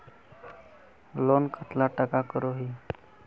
Loan कतला टाका करोही?